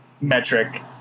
metric